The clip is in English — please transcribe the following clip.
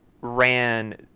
ran